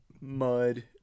Mud